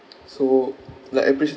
so like appreciating